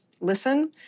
listen